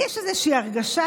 לי יש איזושהי הרגשה,